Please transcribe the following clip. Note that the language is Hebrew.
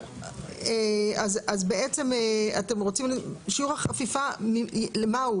שיעור החפיפה, למה הוא?